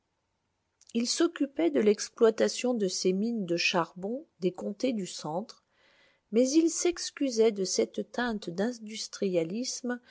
il s'occupait de l'exploitation de ses mines de charbon des comtés du centre mais il s'excusait de cette teinte d'industrialisme